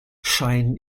scheinen